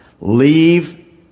Leave